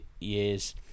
years